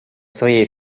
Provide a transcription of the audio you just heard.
своей